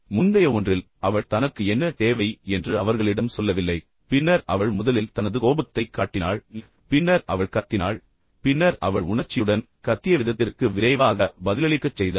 முந்தைய ஒன்றில் அவள் தனக்கு என்ன தேவை என்று அவர்களிடம் சொல்லவில்லை பின்னர் அவள் முதலில் தனது கோபத்தை காட்டினாள் பின்னர் அவள் கத்தினாள் பின்னர் அவள் உணர்ச்சியுடன் கத்திய விதத்திற்கு விரைவாக பதிலளிக்கச் செய்தாள்